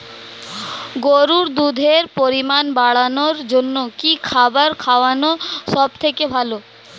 গরুর দুধের পরিমাণ বাড়ানোর জন্য কি খাবার খাওয়ানো সবথেকে ভালো?